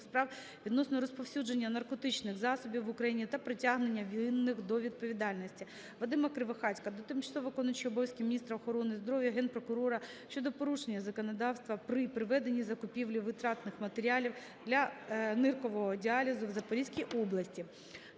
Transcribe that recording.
справ відносно розповсюдження наркотичних засобів в України та притягнення винних до відповідальності. Вадима Кривохатька до тимчасово виконуючої обов'язки міністра охорони здоров'я, Генпрокурора щодо порушення законодавства при проведенні закупівлі витратних матеріалів для ниркового діалізу в Запорізькій області.